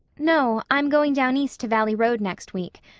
no. i'm going down east to valley road next week.